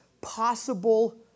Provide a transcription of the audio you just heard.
possible